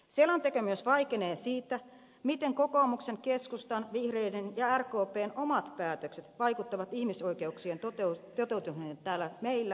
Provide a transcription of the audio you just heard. selonteko myös vaikenee siitä miten kokoomuksen keskustan vihreiden ja rkpn omat päätökset vaikuttavat ihmisoikeuksien toteutumiseen täällä meillä ja maailmalla